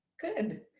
Good